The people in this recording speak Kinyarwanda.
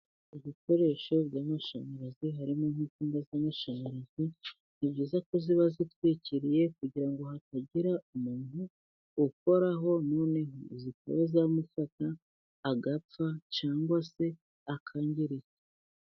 Ibikoresho by'amashanyarazi harimo nk'insinga z'amashanyarazi, ni byiza ko ziba zitwikiriye kugira ngo hatagira umuntu ukoraho, noneho zikaba zamufata agapfa cyangwa se akangirika.